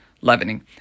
leavening